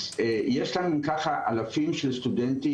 אז יש לנו אם ככה אלפים של סטודנטים,